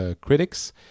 Critics